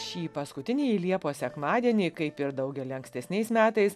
šį paskutinįjį liepos sekmadienį kaip ir daugelį ankstesniais metais